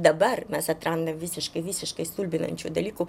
dabar mes atrandam visiškai visiškai stulbinančių dalykų